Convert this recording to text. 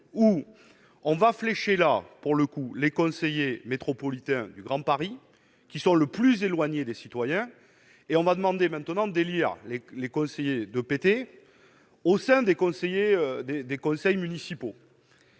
où on va flécher là pour le coup, les conseillers métropolitains du Grand Paris, qui sont le plus éloignés des citoyens et on va demander maintenant d'élire les conseillers de péter au sein des conseils et